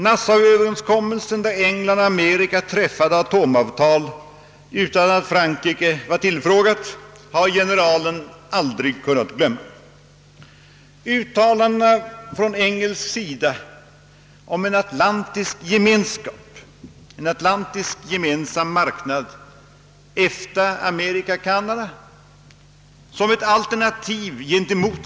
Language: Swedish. Nassauöverenskommelsen, där England och Amerika träffade atomavtal utan att Frankrike ens underrättades, har generalen aldrig kunnat glömma. Uttalandena från engelsk sida om en atlantisk gemenskap — en atlantisk gemensam marknad EFTA-Amerika-Kanada — som ett alternativ till.